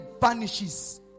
vanishes